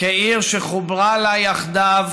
"כעיר שחוברה לה יחדיו,